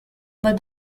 but